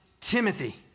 Timothy